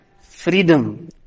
Freedom